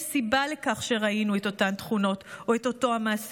יש סיבה לכך שראינו את אותן תכונות או את אותו מעשה.